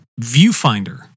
Viewfinder